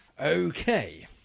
Okay